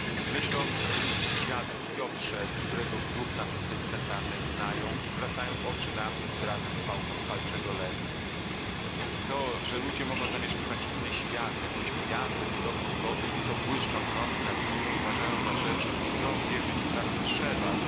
myślą o swym dziadu piotrze którego grób na wyspie cmentarnej znają i zwracają oczy na mnie z wyrazem bałwochwalczego lęku to że ludzie mogą zamieszkiwać inny świat jakąś gwiazdę podobną do tych co błyszczą w nocy nad nimi uważają za rzecz w którą wierzyć wprawdzie trzeba